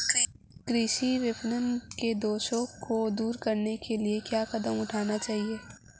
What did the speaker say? कृषि विपणन के दोषों को दूर करने के लिए क्या कदम उठाने चाहिए?